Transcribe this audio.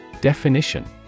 Definition